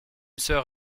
sœur